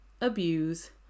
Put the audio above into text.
abuse